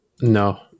no